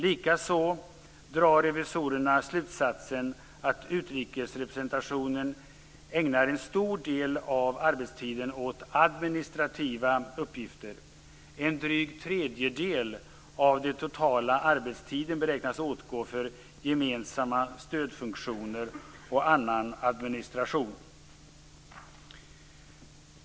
Likaså drar revisorerna slutsatsen att utrikesrepresentationen ägnar en stor del av arbetstiden åt administrativa uppgifter. En dryg tredjedel av den totala arbetstiden beräknas åtgå för gemensamma stödfunktioner och annan administration.